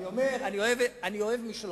אני אוהב מי שלומד.